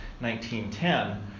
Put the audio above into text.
1910